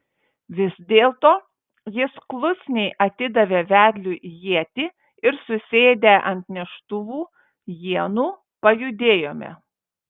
vis dėlto jis klusniai atidavė vedliui ietį ir susėdę ant neštuvų ienų pajudėjome